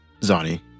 Zani